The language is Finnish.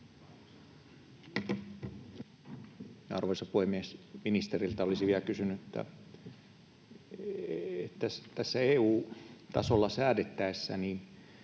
Arvoisa puhemies! Ministeriltä olisin vielä kysynyt: EU-tasolla säädettäessä,